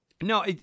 No